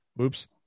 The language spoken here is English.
Oops